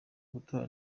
gutora